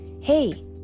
hey